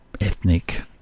ethnic